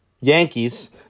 Yankees